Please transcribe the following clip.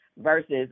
versus